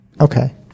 Okay